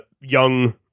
young